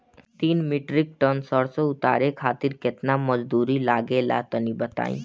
तीन metric ton सरसो उतारे खातिर केतना मजदूरी लगे ला तनि बताई?